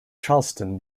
charleston